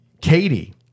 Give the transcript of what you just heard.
Katie